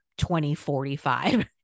2045